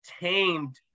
tamed